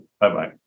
Bye-bye